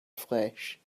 flesh